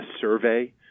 survey